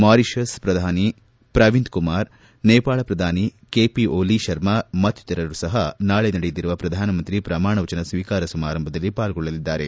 Mauritius ಪ್ರಧಾನಿ ಪ್ರವಿಂದ್ ಕುಮಾರ್ ನೇಪಾಳ ಪ್ರಧಾನಿ K P Oli Sharma ಮತ್ತಿತರರು ಸಹ ನಾಳೆ ನಡೆಯಲಿರುವ ಪ್ರಧಾನಮಂತ್ರಿ ಪ್ರಮಾಣ ವಚನ ಸ್ವೀಕಾರ ಸಮಾರಂಭದಲ್ಲಿ ಪಾಲ್ಗೊಳ್ಳಲಿದ್ದಾರೆ